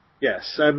Yes